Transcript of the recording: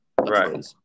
Right